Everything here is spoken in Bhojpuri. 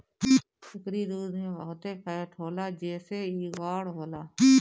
एकरी दूध में बहुते फैट होला जेसे इ गाढ़ होला